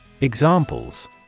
Examples